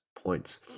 points